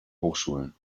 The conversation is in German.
hochschulen